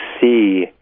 see